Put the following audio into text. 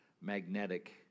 magnetic